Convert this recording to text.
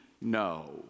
no